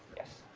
yes?